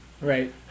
Right